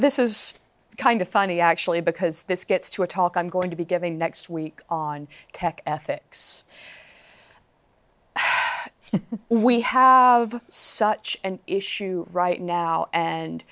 this is kind of funny actually because this gets to a talk i'm going to be giving next week on tech ethics we have such an issue right now and